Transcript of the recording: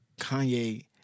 Kanye